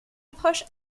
approche